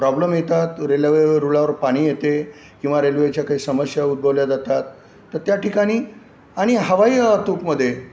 problem येतात railway रूळावर पाणी येते किंवा रेल्वेच्या काही समस्या उद्भवल्या जातात तर त्या ठिकाणी आणि हवाई वातूकीमध्ये